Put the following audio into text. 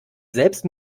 selbst